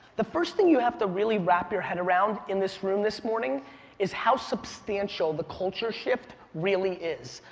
the first thing you have to really wrap your head around in this room, this morning is how substantial the culture shift really is.